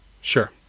Sure